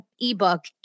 ebook